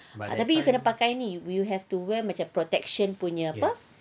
tapi you kena pakai ni you have to wear macam protection punya apa